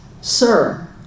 sir